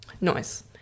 Nice